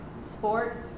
sports